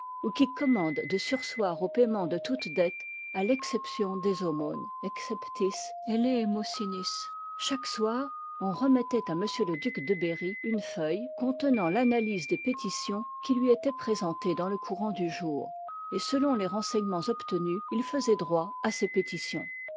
qui commandent de surseoir au paiement de toutes dettes à tcxccption des aumônes exceptis eleemosjnis chaque soir on remettoit k m le duc de berry une feuille contenant l'analyse des pétitions qui lui étoient pré ii ft t sentées dans le courant du jour et selon ï i les renseignemens obtenus i faisoit droit à ces pétitions